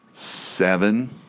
seven